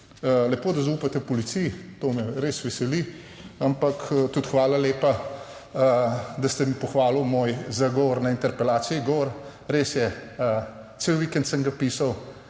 lepo da zaupate policiji, to me res veseli, ampak, tudi hvala lepa, da ste mi pohvalil moj zagovor na interpelaciji, govor. Res je, cel vikend sem ga pisal